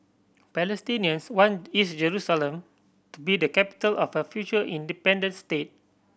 palestinians want East Jerusalem to be the capital of a future independent state